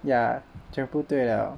yeah 全部对了